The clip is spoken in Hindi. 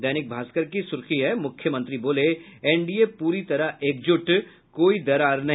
दैनिक भास्कर की सुर्खी है मुख्यमंत्री बोले एनडीए पूरी तरह एकजुट कोई दरार नहीं